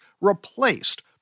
replaced